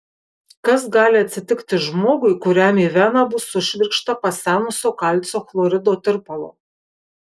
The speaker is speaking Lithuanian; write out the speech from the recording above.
kas gali atsitikti žmogui kuriam į veną bus sušvirkšta pasenusio kalcio chlorido tirpalo